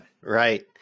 Right